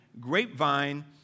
grapevine